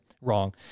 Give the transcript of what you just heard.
wrong